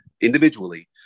individually